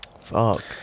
Fuck